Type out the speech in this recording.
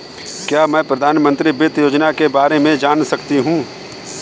क्या मैं प्रधानमंत्री वित्त योजना के बारे में जान सकती हूँ?